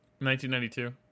1992